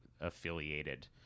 affiliated